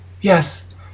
Yes